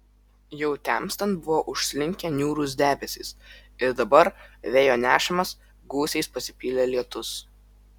jau temstant buvo užslinkę niūrūs debesys ir dabar vėjo nešamas gūsiais pasipylė lietus